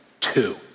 two